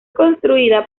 construida